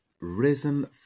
risen